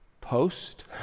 post